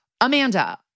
Amanda